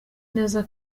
neza